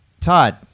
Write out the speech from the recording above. Todd